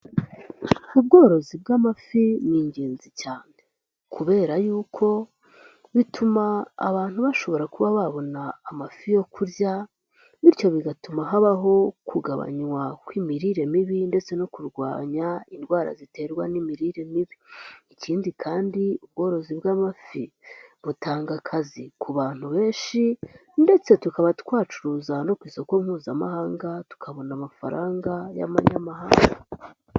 Ubworozi bw'amafi ni ingenzi cyane kubera yuko bituma abantu bashobora kuba babona amafi yo kurya bityo bigatuma habaho kugabanywa kw'imirire mibi ndetse no kurwanya indwara ziterwa n'imirire mibi. Ikindi kandi ubworozi bw'amafi butanga akazi ku bantu benshi ndetse tukaba twacuruza no ku isoko mpuzamahanga tukabona amafaranga y'amanyamahanga.